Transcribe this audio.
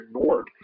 ignored